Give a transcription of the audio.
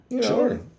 Sure